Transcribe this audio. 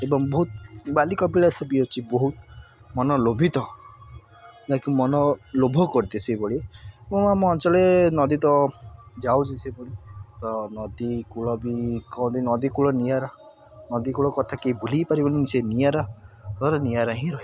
ଏବଂ ବହୁତ ବାଲି କପିଳାସ ବି ଅଛି ବହୁତ ମନ ଲୋଭିତ ଯାହାକି ମନ ଲୋଭ କରିଦିଏ ସେହିଭଳି ଓ ଆମ ଅଞ୍ଚଳେ ନଦୀ ତ ଯାଉଚି ସେଇପରି ତ ନଦୀ କୂଳ ବି କହନ୍ତି ନଦୀକୂଳ ନିଆରା ନଦୀକୂଳ କଥା କେହି ଭୁଲି ହି ପାରିବନି ଯେ ନିଆରା ନିଆରା ହିଁ ରହିବ